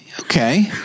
okay